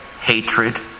hatred